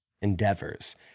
endeavors